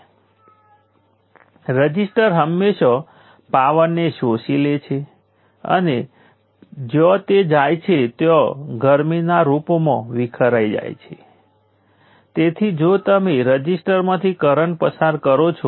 હવે આપણે આ કાળજીપૂર્વક કરીશું આપણે હંમેશા તેને ઔપચારિક રીતે નથી કરતા પરંતુ તમારે કરંટ અને વોલ્ટેજની તે દિશાઓનું ખૂબ ધ્યાન રાખવું પડશે જે તમે ધ્યાનમાં લો છો